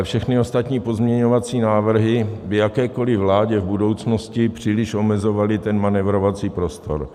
Všechny ostatní pozměňovací návrhy jakékoli vládě v budoucnosti by příliš omezovaly ten manévrovací prostor.